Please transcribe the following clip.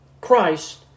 Christ